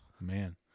Man